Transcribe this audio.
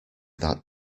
that